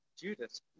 Judas